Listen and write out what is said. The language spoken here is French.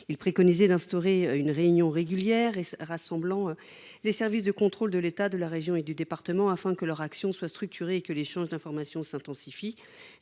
Il préconisait d’instaurer une réunion régulière rassemblant les services de contrôle de l’État, de la région et du département, afin que leur action soit structurée et que l’échange d’informations s’intensifie.